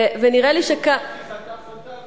בסוף צחי חטף אותה,